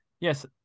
yes